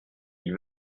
ils